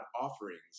offerings